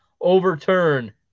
overturn